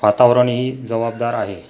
वातावरणही जबाबदार आहे